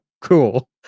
cool